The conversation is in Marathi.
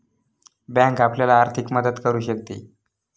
बँक आपल्याला आर्थिक मदत करू शकते